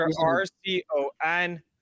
R-C-O-N